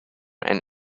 and